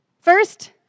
First